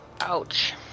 Ouch